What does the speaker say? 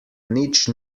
nič